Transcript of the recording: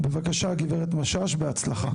בבקשה הגברת משש, בהצלחה.